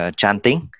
chanting